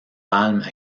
palmes